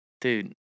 Dude